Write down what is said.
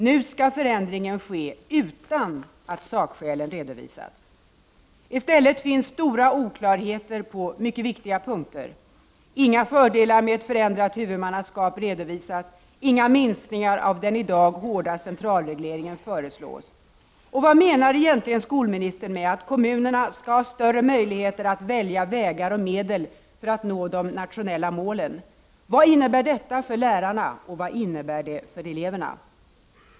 Nu skall förändringen ske utan att sakskälen har redovisats. I stället finns stora oklarheter på viktiga punkter. Inga fördelar med ett förändrat huvudmannaskap redovisas. Inga minskningar av den i dag hårda centralregleringen föreslås. Vad menar egentligen skolministern med att kommunerna skall ha större möjligheter att välja vägar och medel för att nå de nationella målen? Vad innebär detta för lärarna och för eleverna?